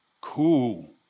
cool